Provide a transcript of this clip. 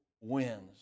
wins